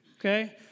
okay